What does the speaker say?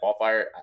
qualifier